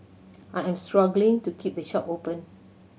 I am struggling to keep the shop open